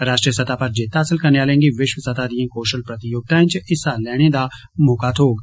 राष्ट्रीय सतह पर जित्त हासल करने आले गी विश्व सतह दियें कौशल प्रतियोगिताएं च हिस्सा लैने दा मौका थोग